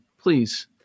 Please